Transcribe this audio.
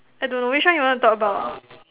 I don't know which one you want to talk about